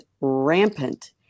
rampant